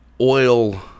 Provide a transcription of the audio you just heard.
oil